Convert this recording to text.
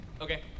Okay